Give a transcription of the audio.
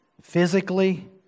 physically